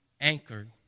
anchored